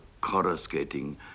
coruscating